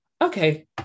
Okay